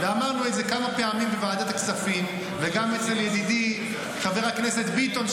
ואמרנו את זה כמה פעמים בוועדת הכספים וגם אצל ידידי חבר הכנסת ביטון,